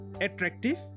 attractive